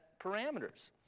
parameters